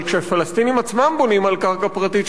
אבל כשהפלסטינים עצמם בונים על קרקע פרטית